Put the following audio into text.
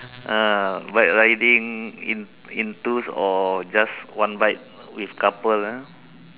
uh bike riding in in twos or just one bike with couple ah